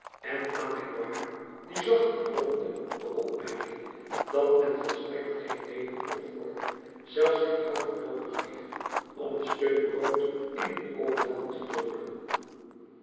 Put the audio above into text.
en aan magloire die zacht bromde de opmerking dat men volstrekt geen lepel of vork zelfs geen houten noodig heeft om een stuk brood in een kom melk te doopen